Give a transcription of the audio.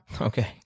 okay